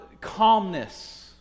calmness